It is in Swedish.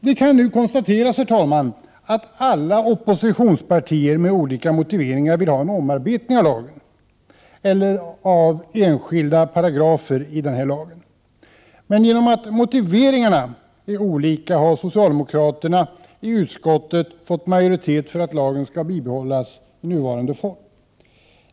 Det kan konstateras att samtliga oppositionspartier vill ha en omarbetning av lagen eller av enskilda paragrafer i lagen, dock med olika motiveringar. På grund av att motiveringarna är olika har socialdemokraterna i utskottet fått majoritet för att lagen skall bibehålla sin nuvarande form.